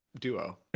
duo